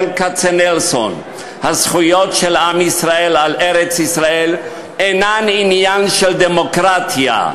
ברל כצנלסון: הזכויות של עם ישראל על ארץ-ישראל אינן עניין של דמוקרטיה.